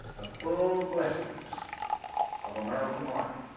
the full blessings of american life.